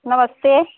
नमस्ते